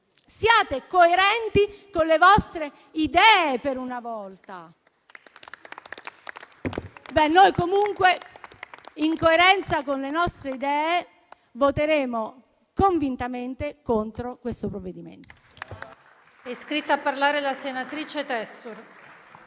siate coerenti con le vostre idee per una volta. Noi comunque, in coerenza con le nostre idee, voteremo convintamente contro questo provvedimento.